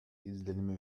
izlenimi